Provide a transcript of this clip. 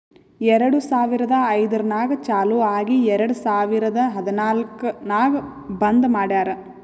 ಎರಡು ಸಾವಿರದ ಐಯ್ದರ್ನಾಗ್ ಚಾಲು ಆಗಿ ಎರೆಡ್ ಸಾವಿರದ ಹದನಾಲ್ಕ್ ನಾಗ್ ಬಂದ್ ಮಾಡ್ಯಾರ್